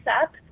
up